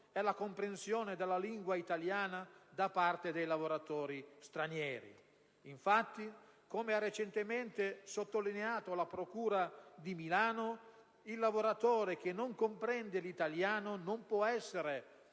comprensione della lingua italiana da parte dei lavoratori stranieri. Infatti, come ha recentemente sottolineato la procura di Milano, «il lavoratore che non comprende l'italiano non può essere